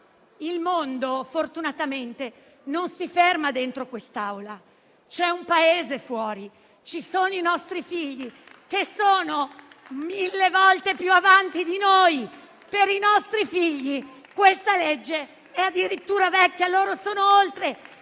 Il mondo fortunatamente non si ferma dentro quest'Aula. C'è un Paese fuori, ci sono i nostri figli, che sono mille volte più avanti di noi. Per i nostri figli questa legge è addirittura vecchia; loro sono oltre